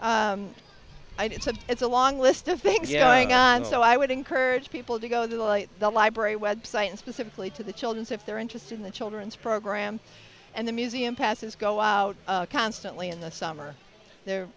and it's a it's a long list of things yeah and so i would encourage people to go to the library website and specifically to the children so if they're interested in the children's program and the museum passes go out constantly in the summer